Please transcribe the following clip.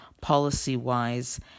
policy-wise